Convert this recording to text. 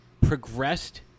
progressed